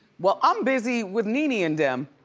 well, i'm busy with nene and them,